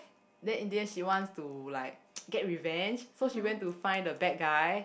then in the end she wants to like get revenge so she went to find the bad guy